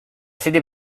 sede